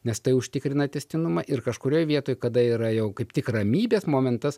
nes tai užtikrina tęstinumą ir kažkurioj vietoj kada yra jau kaip tik ramybės momentas